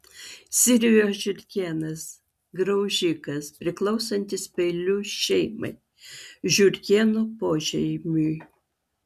sirijos žiurkėnas graužikas priklausantis pelių šeimai žiurkėnų pošeimiui